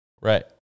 right